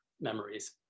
memories